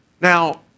Now